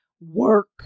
work